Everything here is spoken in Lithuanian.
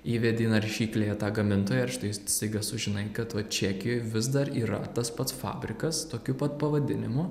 įvedi naršyklėje tą gamintoją ir štai staiga sužinai kad vat čekijoj vis dar yra tas pats fabrikas tokiu pat pavadinimu